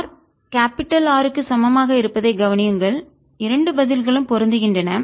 r capital பெரிய R க்கு சமமாக இருப்பதை கவனியுங்கள் இரண்டு பதில்களும் பொருந்துகின்றன